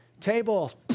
Tables